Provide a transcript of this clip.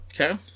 Okay